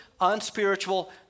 unspiritual